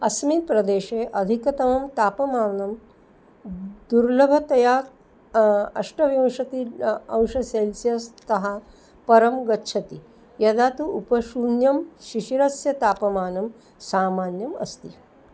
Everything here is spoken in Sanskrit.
अस्मिन् प्रदेशे अधिकतमं तापमानं दुर्लभतया अष्टविंशति अंश सेल्सियस् तः परं गच्छति यदा तु उपशून्यं शिशिरस्य तापमानं सामान्यम् अस्ति